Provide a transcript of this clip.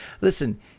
Listen